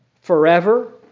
forever